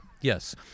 yes